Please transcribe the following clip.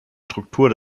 struktur